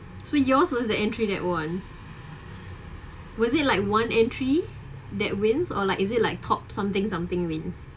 so yours was that entry that one was it like one entry that wins or like is it like top something something wins